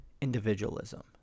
individualism